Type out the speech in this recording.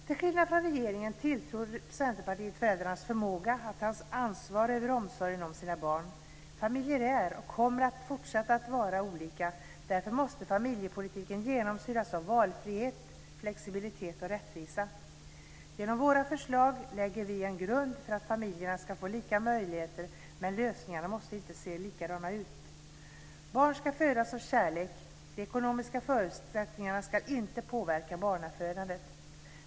Till skillnad från regeringen tilltror Centerpartiet föräldrarna förmåga att ta ansvar över omsorgen om sina barn. Familjer är, och kommer att fortsätta att vara, olika. Därför måste familjepolitiken genomsyras av valfrihet, flexibilitet och rättvisa. Genom våra förslag lägger vi en grund för att familjerna ska få lika möjligheter, men lösningarna måste inte se likadana ut. Barn ska födas av kärlek. De ekonomiska förutsättningarna ska inte påverka barnafödandet.